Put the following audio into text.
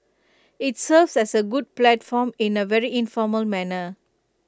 IT serves as A good platform in A very informal manner